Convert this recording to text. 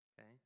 okay